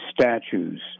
statues